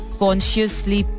consciously